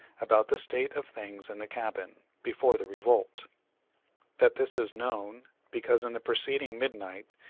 about the state of things in the cabin, before the revolt that this is known, because, in the preceding midnight,